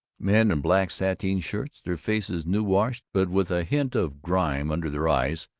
men in black sateen shirts, their faces new-washed but with a hint of grime under their eyes,